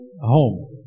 home